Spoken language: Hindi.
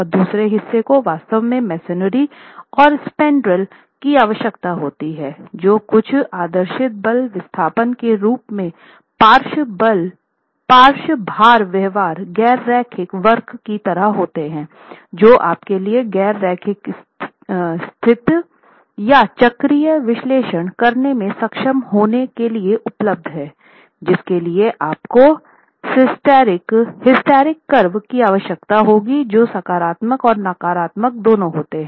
और दूसरे हिस्से को वास्तव में मेसोनरी और स्पैन्ड्रल्स की आवश्यकता होती है जो कुछ आदर्शित बल विस्थापन के रूप में पार्श्व भार व्यवहार गैर रैखिक वक्र की तरह होता है जो आप के लिए गैर रैखिक स्थिर या चक्रीय विश्लेषण करने में सक्षम होने के लिए उपलब्ध है जिसके लिए आपको हिस्टेरेटिक वक्र की आवश्यकता होगी जो सकारात्मक और नकारात्मक दोनों होते हैं